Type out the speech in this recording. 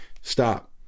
stop